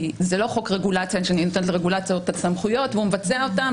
כי זה לא חוק רגולציה שאני נותן לרגולטור את הסמכויות והוא מבצע אותן,